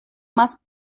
más